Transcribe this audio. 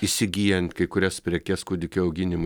įsigyjant kai kurias prekes kūdikio auginimui